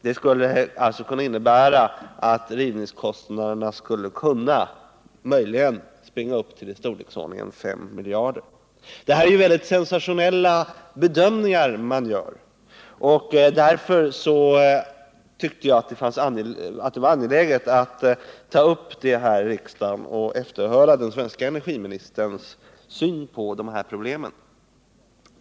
Det skulle alltså kunna innebära att rivningskostnaderna skulle kunna springa upp till en summa i storleksordningen 5 miljarder kronor. Det är väldigt sensationella bedömningar som man gör i rapporten, och därför tyckte jag att det var angeläget att ta upp detta här i riksdagen och efterhöra den svenska energiministerns syn på dessa problem.